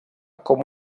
com